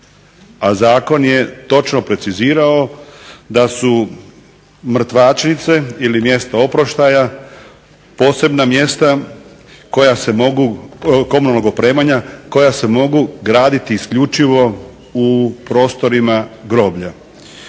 a zakon je točno precizirao da su mrtvačnice ili mjesto oproštaja posebna mjesta komunalnog opremanja koja se mogu graditi isključivo u prostorima groblja.